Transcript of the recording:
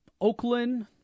Oakland